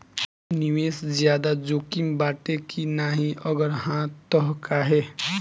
निवेस ज्यादा जोकिम बाटे कि नाहीं अगर हा तह काहे?